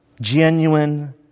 Genuine